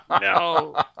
No